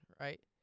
Right